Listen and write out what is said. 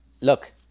look